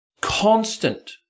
Constant